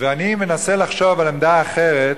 אני מנסה לחשוב על עמדה אחרת,